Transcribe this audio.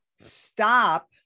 stop